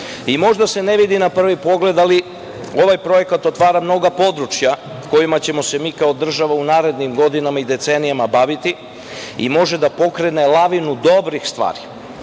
Možda se ne vidi na prvi pogled, ali ovaj projekat otvara mnoga područja kojima ćemo se mi kao država u narednim godinama i decenijama baviti i može da pokrene lavinu dobrih stvari.